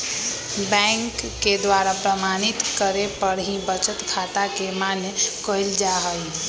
bank के द्वारा प्रमाणित करे पर ही बचत खाता के मान्य कईल जाहई